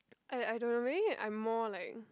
I I don't know maybe I'm more like